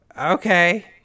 Okay